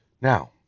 Now